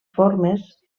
formes